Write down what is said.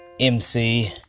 MC